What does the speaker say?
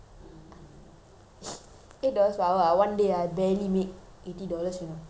eight dollars per hour ah one day I barely make eighty dollars you know sixty something I make a day